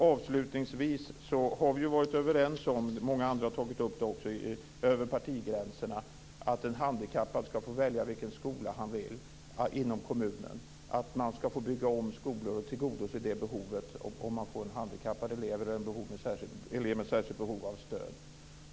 Avslutningsvis: Som många har tagit upp här har vi över partigränserna varit överens om att en handikappad skall få välja vilken skola han eller hon vill inom kommunen samt att man skall få bygga om skolor för att tillgodose det behov som uppstår om man får en handikappad elev eller en elev med behov av särskilt stöd.